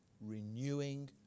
renewing